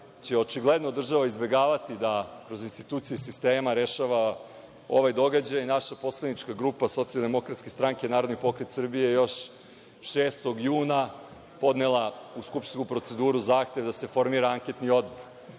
će očigledno država izbegavati da kroz institucije sistema rešava ovaj događaj, naša poslanička grupa Socijaldemokratske stranke – Narodni pokret Srbije je još 6. juna podnela u skupštinsku proceduru zahtev da se formira anketni odbor.